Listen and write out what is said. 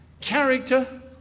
character